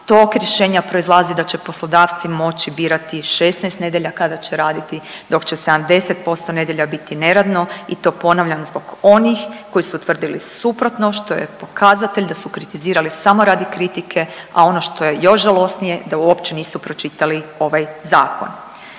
tog rješenja proizlazi da će poslodavci moći birati 16 nedjelja kada će raditi dok će 70% nedjelja biti neradno i to ponavljam zbog onih koji su tvrdili suprotno što je pokazatelj da su kritizirali samo radi kritike, a ono što je još žalosnije da uopće nisu pročitali ovaj zakon.